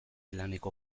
laneko